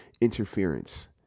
interference